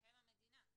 הם המדינה.